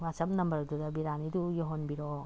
ꯋꯥꯆꯞ ꯅꯝꯕꯔꯗꯨꯗ ꯕꯤꯔꯥꯅꯤꯗꯨ ꯌꯧꯍꯟꯕꯤꯔꯛꯑꯣ